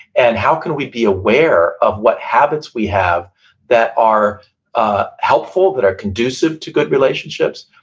and how can we be aware of what habits we have that are ah helpful, that are conducive, to good relationships,